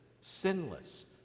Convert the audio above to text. sinless